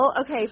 okay